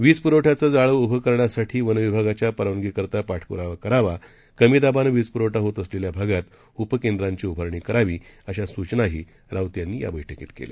वीज पुरवठ्याचं जाळ उभं करण्यासाठी वन विभागाच्या परवानगीसाठी पाठप्रावा करावा कमी दाबानं वीज प्रवठा होत असलेल्या भागात उपकेंद्रांची उभारणी करावी अशा सूचनाही राऊत यांनी या बैठकीत केल्या